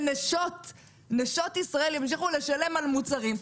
ונשות ישראל ימשיכו לשלם על מוצרים.